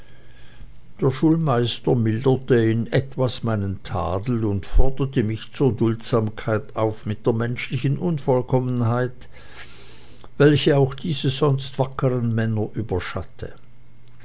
der schulmeister milderte in etwas meinen tadel und forderte mich zur duldsamkeit auf mit der menschlichen unvollkommenheit welche auch diese sonst wackeren männer überschatte